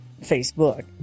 Facebook